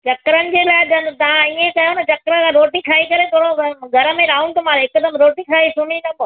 चकरनि जे लाइ त तव्हां इअं कयो न चकर लाइ रोटी खाई करे थोरो घर में राउंड मारियो हिकदमि रोटी खाई सुम्ही न पओ